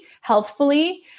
healthfully